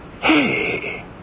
hey